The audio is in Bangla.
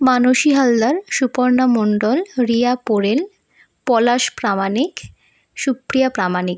মানসী হালদার সুপর্ণা মণ্ডল রিয়া পোড়েল পলাশ প্রামাণিক সুপ্রিয়া প্রামাণিক